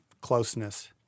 closeness